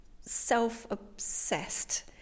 self-obsessed